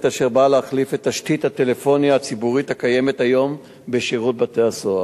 אשר באה להחליף את תשתית הטלפוניה הציבורית הקיימת היום בשירות בתי-הסוהר.